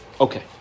Okay